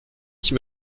qui